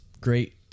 great